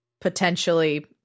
potentially